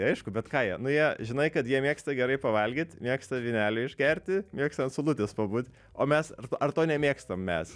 tai aišku bet ką jie nu jie žinai kad jie mėgsta gerai pavalgyt mėgsta vynelį išgerti mėgsta ant saulutės pabūt o mes ar ar to nemėgstam mes